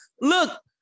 Look